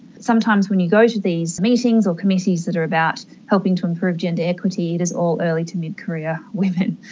sometimes when you go to these meetings or committees that are about helping to improve gender equity, it is all early to mid-career women.